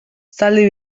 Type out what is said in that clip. zaldi